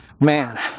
man